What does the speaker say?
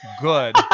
good